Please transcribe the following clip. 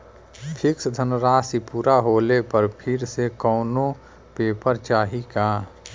Fix धनराशी पूरा होले पर फिर से कौनो पेपर चाही का?